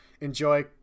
enjoy